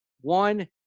one